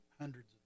hundreds